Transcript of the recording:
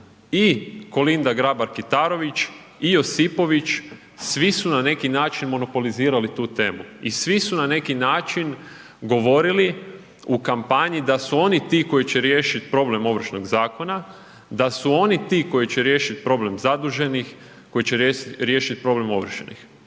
i Kolinda Grabar Kitarović i Josipović, svi su na neki način monopolizirali tu temu i svi su na neki način govorili u kampanji da su oni ti koji će riješiti problem Ovršnog zakona, da su oni ti koji će riješiti problem zaduženih, koji će riješiti problem ovršenih.